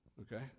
okay